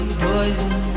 poison